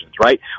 right